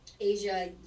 asia